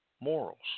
morals